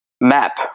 map